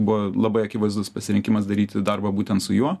buvo labai akivaizdus pasirinkimas daryti darbą būtent su juo